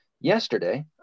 yesterday